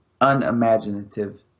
unimaginative